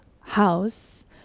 house